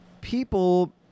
people